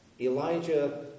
Elijah